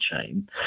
chain